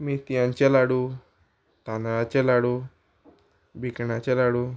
मेतयांचे लाडू तांदळाचे लाडू भिकणांचे लाडू